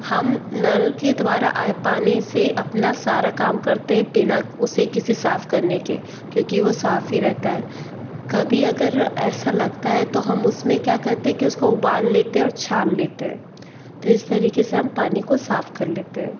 हम नल के द्वारा आए पानी से अपना सारा काम करते हैं बिना उसे किसी साफ़ करने के क्योंकि वह साफ़ ही रहता है कभी अगर ऐसा लगता है तो हम उसमें क्या करते हैं कि उसको उबाल लेते हैं और छान लेते हैं तो इस तरीक़े से हम पानी को साफ़ कर लेते हैं